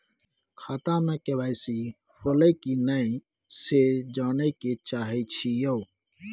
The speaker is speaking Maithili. खाता में के.वाई.सी होलै की नय से जानय के चाहेछि यो?